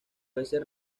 veces